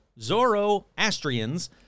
Zoroastrians